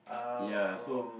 ya so